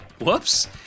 whoops